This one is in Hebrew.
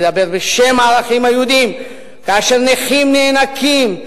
לדבר בשם הערכים היהודיים כאשר נכים נאנקים,